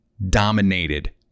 dominated